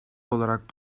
olarak